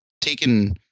taken